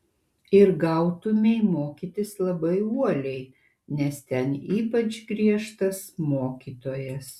ir gautumei mokytis labai uoliai nes ten ypač griežtas mokytojas